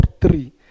three